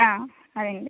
ആ അതെഴുതി